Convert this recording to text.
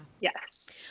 Yes